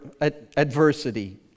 adversity